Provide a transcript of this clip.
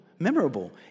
memorable